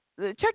Check